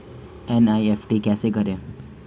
NEFT कैसे करें?